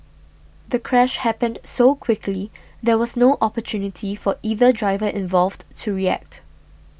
the crash happened so quickly there was no opportunity for either driver involved to react